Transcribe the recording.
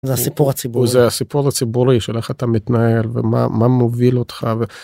זה הסיפור הציבורי, זה הסיפור הציבורי של איך אתה מתנהל ומה מה מוביל אותך.